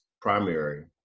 primary